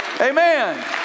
Amen